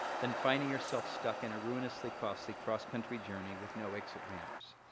then finding yourself stuck in a ruinously costly cross-country journey with no exit ramps.